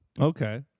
Okay